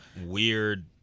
weird